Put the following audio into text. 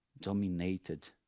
dominated